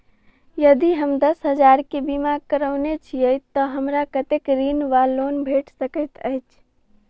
यदि हम दस हजार केँ बीमा करौने छीयै तऽ हमरा कत्तेक ऋण वा लोन भेट सकैत अछि?